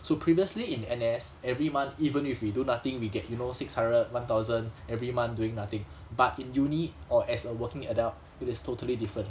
so previously in N_S every month even if we do nothing we get you know six hundred one thousand every month doing nothing but in uni or as a working adult it is totally different